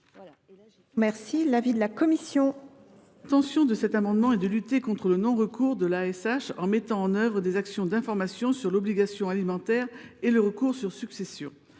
est l’avis de la commission ? Les auteurs de cet amendement souhaitent lutter contre le non recours à l’ASH en mettant en œuvre des actions d’information sur l’obligation alimentaire et le recours sur succession.